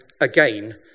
again